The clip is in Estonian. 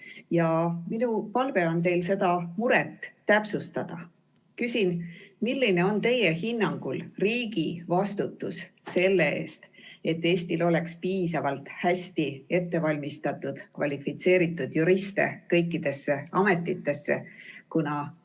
minu palve teile on seda muret täpsustada. Küsin, milline on teie hinnangul riigi vastutus selle eest, et Eestil oleks piisavalt hästi ettevalmistatud kvalifitseeritud juriste kõikidesse ametitesse. Ma jagan